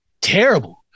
terrible